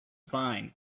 fine